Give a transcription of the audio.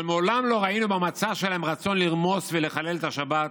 אבל מעולם לא ראינו במצע שלהם רצון לרמוס ולחלל את השבת,